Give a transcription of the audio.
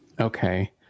okay